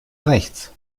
rechts